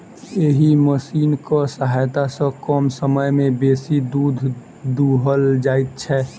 एहि मशीनक सहायता सॅ कम समय मे बेसी दूध दूहल जाइत छै